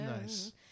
nice